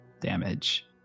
damage